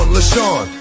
LaShawn